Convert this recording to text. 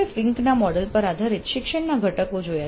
આપણે ફિન્કના મોડેલ પર આધારિત શિક્ષણના ઘટકો જોયા